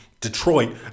Detroit